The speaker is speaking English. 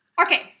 Okay